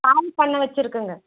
பால் பண்ணை வெச்சிருக்கேங்க